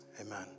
Amen